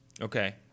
Okay